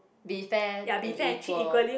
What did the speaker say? be fair and equal